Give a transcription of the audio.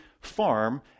farm